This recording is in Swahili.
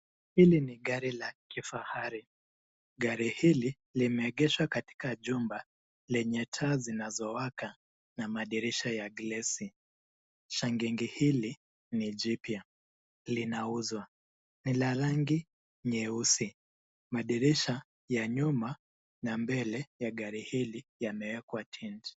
Hili ni gari la kifahari. Gari hili limeegeshwa katika jumba lenye taa zinzowaka na madirisha ya glesi. Shangingi hili ni jipya, linauzwa. Ni la rangi nyeusi. Madirisha ya nyuma na mbele ya gari hili yameekwa tint .